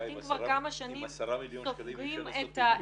עם 10 מיליון שקלים אי אפשר לעשות את זה.